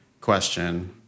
question